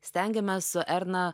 stengiamės su erna